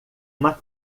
uma